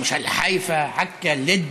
למשל חיפה, עכו, לוד,